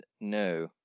no